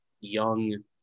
Young